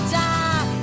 die